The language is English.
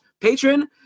patron